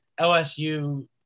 LSU